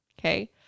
Okay